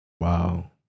wow